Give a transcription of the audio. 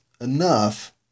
enough